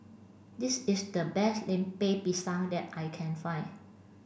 this is the best Lemper Pisang that I can find